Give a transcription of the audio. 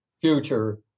future